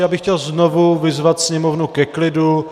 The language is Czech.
Já bych chtěl znovu vyzvat sněmovnu ke klidu.